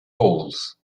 rules